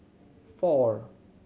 four